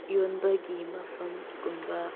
ꯌꯣꯟꯕꯒꯤ ꯃꯐꯝꯒꯨꯝꯕ